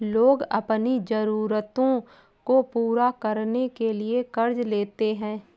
लोग अपनी ज़रूरतों को पूरा करने के लिए क़र्ज़ लेते है